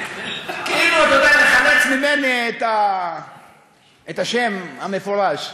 כאילו, אתה יודע, מחלץ ממני את השם המפורש.